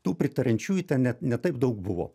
tų pritariančiųjų ten net ne taip daug buvo